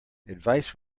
advice